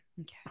okay